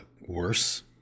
worse